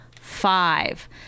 five